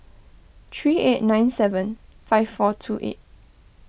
three eight nine seven five four two eight